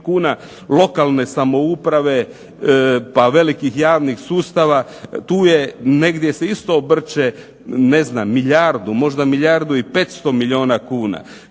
kuna lokalne samouprave pa velikih javnih sustava tu se negdje isto obrće milijardu, možda milijardu i 500 milijuna kuna.